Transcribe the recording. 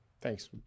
Thanks